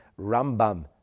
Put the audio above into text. Rambam